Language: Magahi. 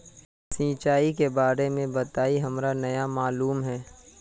सिंचाई के बारे में बताई हमरा नय मालूम है?